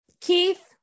keith